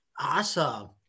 Awesome